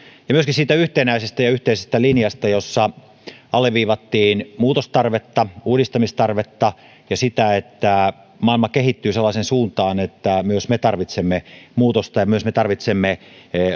ja myöskin siitä yhtenäisestä ja yhteisestä linjasta jossa alleviivattiin muutostarvetta uudistamistarvetta ja sitä että maailma kehittyy sellaiseen suuntaan että myös me tarvitsemme muutosta ja myös me tarvitsemme